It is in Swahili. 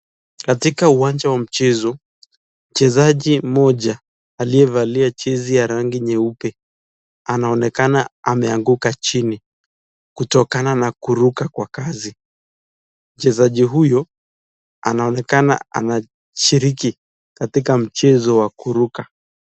Katika uwanja wa mchezo, mchezaji mmoja aliyevalia jezi ya rangi nyeupe anaonekana ameanguka chini kutokana na kuruka kwa kasi, mchezaji huyu anaonekana anashiriki katika mchezo wa kuruka.